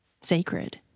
sacred